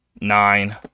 Nine